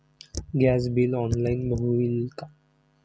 Gas bill online होईल का?